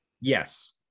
Yes